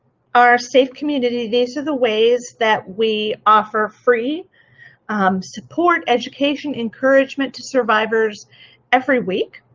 our safe community. these are the ways that we offer free support, education, encouragement to survivors every week.